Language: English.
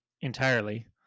entirely